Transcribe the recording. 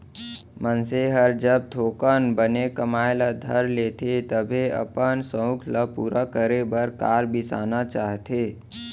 मनसे हर जब थोकन बने कमाए ल धर लेथे तभे अपन सउख ल पूरा करे बर कार बिसाना चाहथे